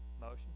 Motion